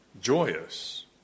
joyous